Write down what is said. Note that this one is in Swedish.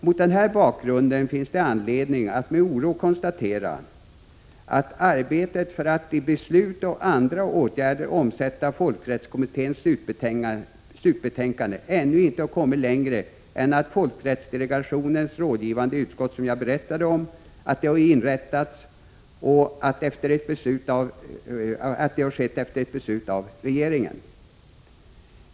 Mot denna bakgrund finns det anledning att med oro konstatera att arbetet för att i beslut och andra åtgärder omsätta förslagen i folkrättskommitténs slutbetänkande ännu inte har kommit längre än att folkrättsdelegationens rådgivande utskott inrättats efter ett beslut av regeringen.